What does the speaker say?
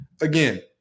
again